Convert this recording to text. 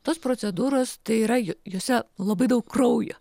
tos procedūros tai yra jose labai daug kraujo